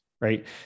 right